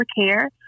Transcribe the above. care